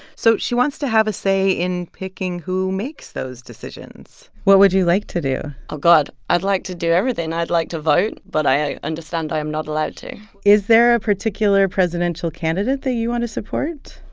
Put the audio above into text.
so she wants to have a say in picking who makes those decisions what would you like to do? oh, god. i'd like to do everything. i'd like to vote. but i understand i am not allowed to is there a particular presidential candidate that you want to support?